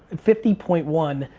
and fifty point one.